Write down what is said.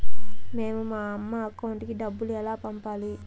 మేము మా అమ్మ అకౌంట్ కి డబ్బులు ఎలా పంపాలి